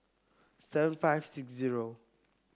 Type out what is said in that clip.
seven five six zero